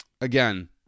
Again